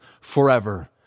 forever